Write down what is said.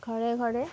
ঘৰে ঘৰে